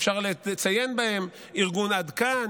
ואפשר לציין אותם: ארגון עד כאן,